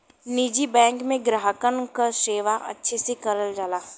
निजी बैंक में ग्राहकन क सेवा अच्छे से करल जाला